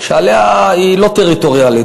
שהיא לא טריטוריאלית,